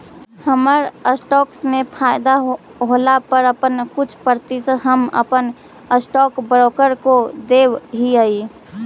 हमर स्टॉक्स में फयदा होला पर अपन कुछ प्रतिशत हम अपन स्टॉक ब्रोकर को देब हीअई